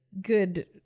good